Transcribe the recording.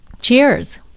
Cheers